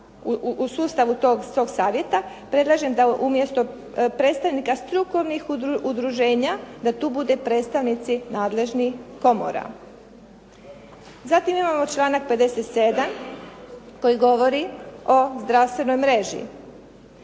u sustavu tog savjeta, predlažem da umjesto predstavnika strukovnih udruženja da tu bude predstavnici nadležnih komora. Zatim imamo članak 57. koji govori o zdravstvenoj mreži